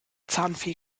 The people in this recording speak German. zahnfee